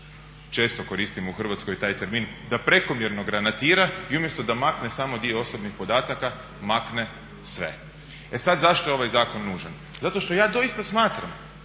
često koristimo u Hrvatskoj taj termin da prekomjerno granatira i umjesto da makne samo dio osobnih podataka makne sve. E sada zašto je ovaj zakon nužan? Zato što ja doista smatram